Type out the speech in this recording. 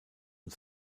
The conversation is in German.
und